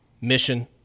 mission